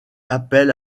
appel